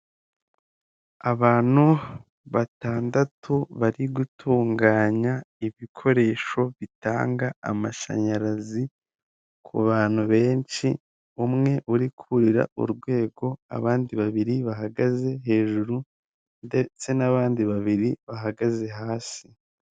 Abagore bahagaze mu isoko ryaremye ry'imbuto, imboga, inyanya harimo abagurisha, abagura bahagaze mu muhanda w'igitaka.